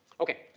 okay.